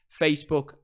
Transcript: Facebook